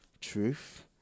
truth